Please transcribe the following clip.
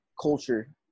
culture